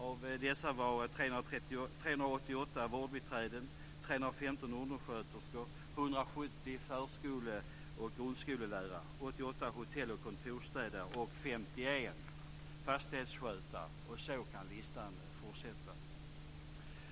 Av dessa var 388 vårdbiträden, 315 undersköterskor, 170 förskollärare och grundskollärare, 88 hotell och kontorsstädare och 51 fastighetsskötare. Så kan listan fortsätta.